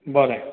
बरें